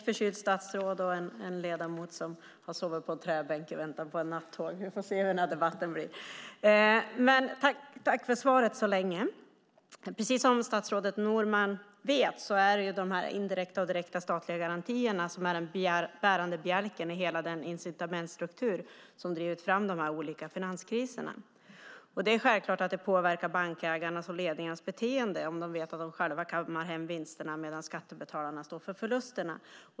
Fru talman! Jag tackar statsrådet Norman för svaret. Precis som statsrådet vet är de indirekta och direkta statliga garantierna den bärande bjälken i hela den incitamentsstruktur som drivit fram de olika finanskriserna. Det är självklart att det påverkar bankägarnas och ledningarnas beteende om de vet att de själva kan kamma hem vinsterna medan skattebetalarna får stå för förlusterna.